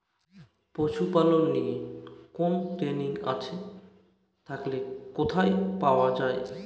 পশুপালন নিয়ে কোন ট্রেনিং আছে থাকলে কোথায় পাওয়া য়ায়?